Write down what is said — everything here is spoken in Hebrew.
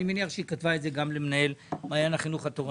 ואני מניח שהיא כתבה את זה גם למנהל מעיין החינוך התורני,